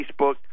facebook